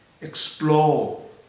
Explore